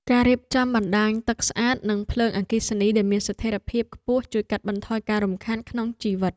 ការរៀបចំប្រព័ន្ធបណ្តាញទឹកស្អាតនិងភ្លើងអគ្គិសនីដែលមានស្ថិរភាពខ្ពស់ជួយកាត់បន្ថយការរំខានក្នុងជីវិត។